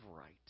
right